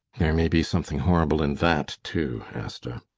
there may be something horrible in that too, asta.